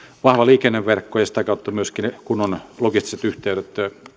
vahva liikenneverkko ja sitä kautta myöskin kunnon logistiset yhteydet